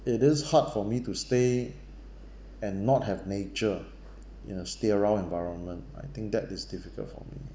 it is hard for me to stay and not have nature in a sterile environment I think that is difficult for me